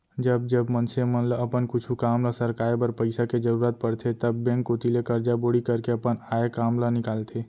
जब जब मनसे मन ल अपन कुछु काम ल सरकाय बर पइसा के जरुरत परथे तब बेंक कोती ले करजा बोड़ी करके अपन आय काम ल निकालथे